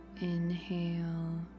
inhale